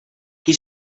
qui